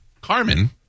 Carmen